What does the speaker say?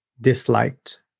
disliked